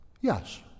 Yes